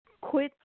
quit